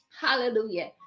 hallelujah